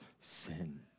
sin